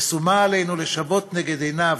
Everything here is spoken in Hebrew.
ושומה עליו לשוות נגד עיניו,